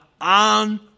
on